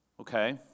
okay